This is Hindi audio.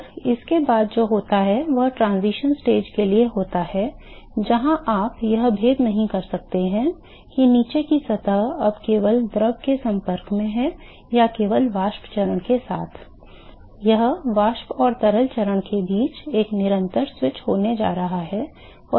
और उसके बाद जो होता है वह transition stage के लिए होता है जहां आप यह भेद नहीं कर सकते कि नीचे की सतह अब केवल द्रव के संपर्क में है या केवल वाष्प चरण के साथ यह वाष्प और तरल चरण के बीच एक निरंतर स्विच होने जा रहा है